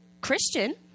Christian